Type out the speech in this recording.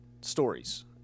stories